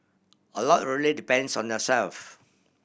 a lot really depends on yourself